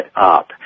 up